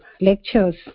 lectures